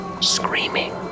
screaming